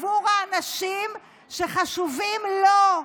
בעבור האנשים שחשובים לו.